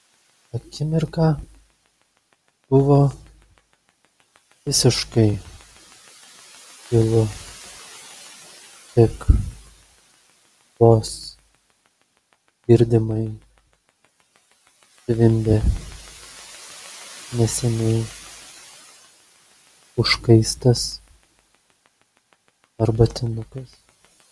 akimirką buvo visiškai tylu tik vos girdimai zvimbė neseniai užkaistas arbatinukas